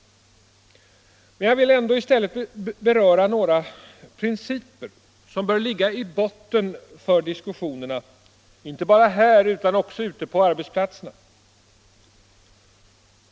Jag vill i stället beröra några principer som bör ligga i botten för diskussionerna, inte bara här utan också ute på arbetsplatserna.